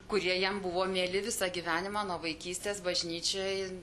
kurie jam buvo mieli visą gyvenimą nuo vaikystės bažnyčioj